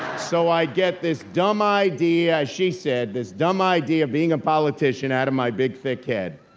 so, i get this dumb idea, as she said, this dumb idea of being a politician out of my big thick head.